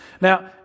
Now